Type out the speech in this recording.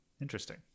Interesting